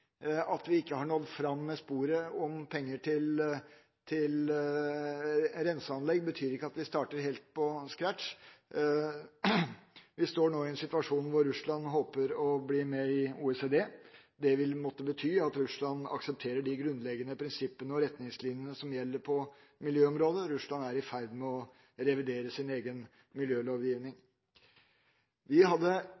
At vi ikke har nådd fram med sporet om penger til renseanlegg, betyr ikke at vi starter helt på scratch. Vi står nå i en situasjon hvor Russland håper å bli med i OECD. Det vil måtte bety at Russland aksepterer de grunnleggende prinsippene og retningslinjene som gjelder på miljøområdet. Russland er i ferd med å revidere sin egen miljølovgivning.